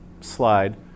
slide